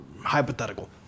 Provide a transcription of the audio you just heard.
hypothetical